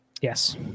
Yes